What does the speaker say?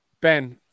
Ben